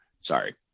sorry